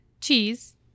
cheese